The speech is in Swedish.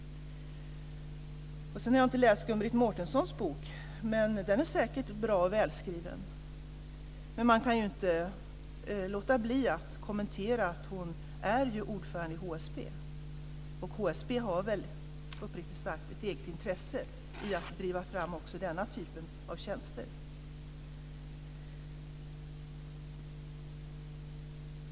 Jag har inte läst Gun-Britt Mårtenssons bok. Den är säkert bra och välskriven. Men jag kan inte låta bli att notera att hon är ordförande i HSB, och uppriktigt sagt har väl HSB ett eget intresse av att driva fram denna typ av tjänster.